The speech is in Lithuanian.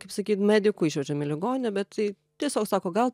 kaip sakyt medikų išvežėm į ligonę bet tai tiesiog sako gal